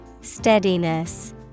Steadiness